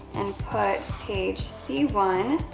and put page c one